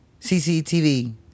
CCTV